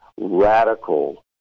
radical